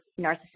narcissistic